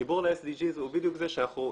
החיבור ל- SDGsהוא בדיוק זה שאנחנו,